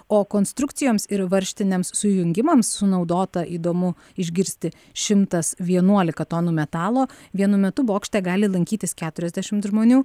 o konstrukcijoms ir varžtiniams sujungimams sunaudota įdomu išgirsti šimtas vienuolika tonų metalo vienu metu bokšte gali lankytis keturiasdešimt žmonių